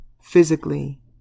physically